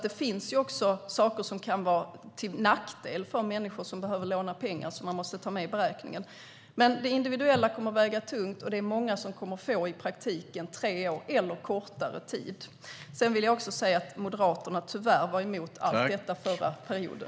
Det finns saker som kan vara till nackdel för människor som behöver låna pengar, och dem måste man ta med i beräkningen. Det individuella kommer dock att väga tungt, och i praktiken kommer många att få tre år eller kortare tid. Jag vill också säga att Moderaterna tyvärr var emot allt detta under den förra perioden.